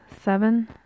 seven